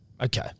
Okay